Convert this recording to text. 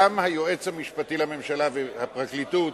גם היועץ המשפטי לממשלה והפרקליטות